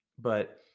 but-